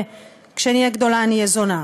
כשאני אהיה גדולה אני אהיה זונה?